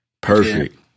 Perfect